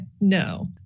no